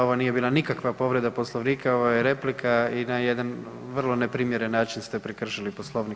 Ovo nije bila nikakva povreda Poslovnika, ovo je replika i na jedan vrlo neprimjeren način ste prekršili Poslovnik.